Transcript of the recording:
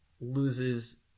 loses